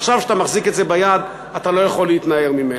עכשיו כשאתה מחזיק את זה ביד אתה לא יכול להתנער מזה.